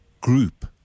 group